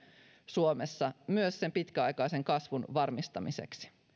suomessa myös sen pitkäaikaisen kasvun varmistamiseksi